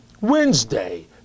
Wednesday